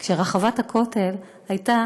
כשרחבת הכותל הייתה